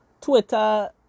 Twitter